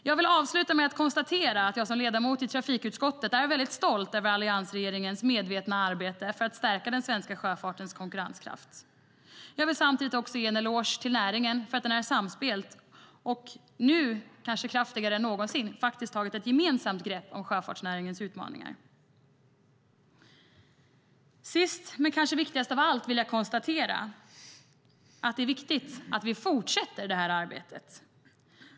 Jag vill avsluta med att konstatera att jag som ledamot i trafikutskottet är väldigt stolt över alliansregeringens medvetna arbete för att stärka den svenska sjöfartens konkurrenskraft. Jag vill samtidigt ge en eloge till näringen för att den är samspelt och nu, kanske kraftigare än någonsin, faktiskt tagit ett gemensamt grepp om sjöfartsnäringens utmaningar. Sist - men det är kanske viktigast av allt - vill jag konstatera att det är viktigt att vi fortsätter det här arbetet.